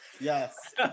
Yes